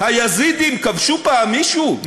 היזידים כבשו פעם מישהו?